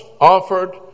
offered